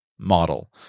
Model